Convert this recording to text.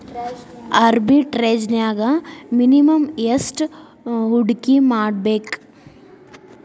ಆರ್ಬಿಟ್ರೆಜ್ನ್ಯಾಗ್ ಮಿನಿಮಮ್ ಯೆಷ್ಟ್ ಹೂಡ್ಕಿಮಾಡ್ಬೇಕ್?